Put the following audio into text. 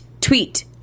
Tweet